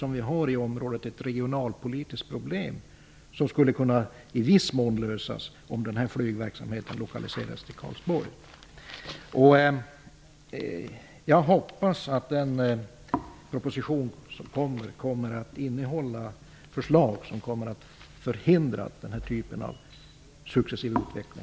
Samtidigt finns det ett regionalpolitiskt problem i området som i viss mån skulle kunna lösas om denna flygverksamhet lokaliserades till Karlsborg. Jag hoppas att den kommande propositionen innehåller förslag som förhindrar den här typen av successiv utveckling.